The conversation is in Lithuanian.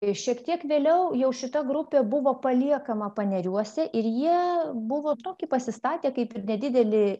i šiek tiek vėliau jau šita grupė buvo paliekama paneriuose ir jie buvo tokį pasistatę kaip ir nedidelį